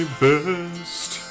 best